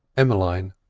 emmeline,